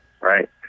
right